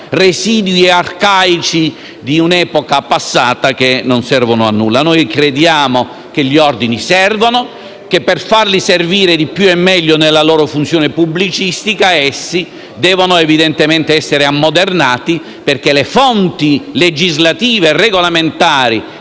residui arcaici di un'epoca passata e che non servano a nulla. Noi crediamo che gli ordini servano, che per farli servire di più e meglio nella loro funzione pubblicistica essi devono evidentemente essere ammodernati, perché le fonti legislative e regolamentari